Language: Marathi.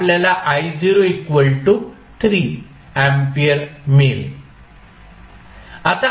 आपल्याला अँपिअर मिळेल